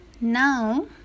Now